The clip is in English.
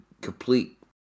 complete